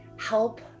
help